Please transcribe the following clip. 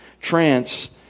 trance